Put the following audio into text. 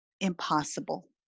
impossible